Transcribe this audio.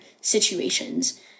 situations